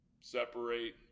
Separate